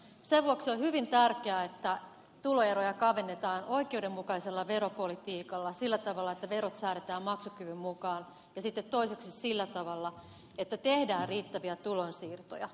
sen vuoksi on hyvin tärkeää että tuloeroja kavennetaan oikeudenmukaisella veropolitiikalla sillä tavalla että verot säädetään maksukyvyn mukaan ja sitten toiseksi sillä tavalla että tehdään riittäviä tulonsiirtoja